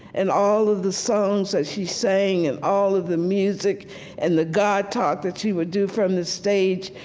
and all of the songs that she sang, and all of the music and the god talk that she would do from the stage,